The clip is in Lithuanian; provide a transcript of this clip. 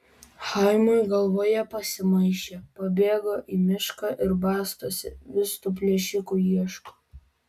chaimui galvoje pasimaišė pabėgo į mišką ir bastosi vis tų plėšikų ieško